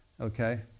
okay